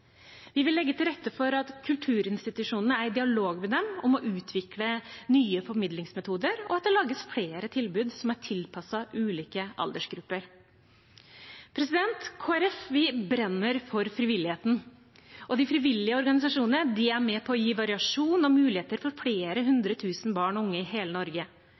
Vi vil legge til rette for at kulturinstitusjonene er i dialog med dem om å utvikle nye formidlingsmetoder, og at det lages flere tilbud som er tilpasset ulike aldersgrupper. Vi i Kristelig Folkeparti brenner for frivilligheten, og de frivillige organisasjonene er med på å gi variasjon og muligheter for flere hundre tusen barn og unge i hele Norge.